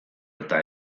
eta